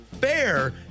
fair